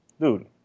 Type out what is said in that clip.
Dude